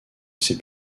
ses